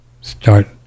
start